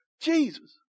Jesus